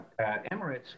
Emirates